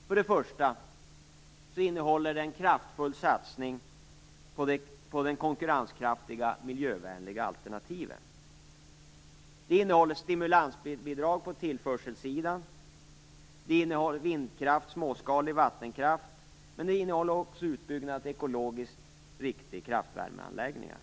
Till att börja med innehåller den en kraftfull satsning på konkurrenskraftiga miljövänliga alternativ, stimulansbidrag på tillförselsidan, vindkraft och småskalig vattenkraft samt utbyggnad av ekologiskt riktiga kraftvärmeanläggningar.